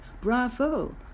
Bravo